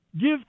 Give